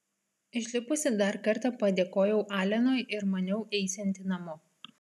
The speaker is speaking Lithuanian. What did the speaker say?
išlipusi dar kartą padėkojau alenui ir maniau eisianti namo